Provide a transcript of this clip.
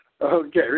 Okay